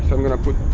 i'm gonna put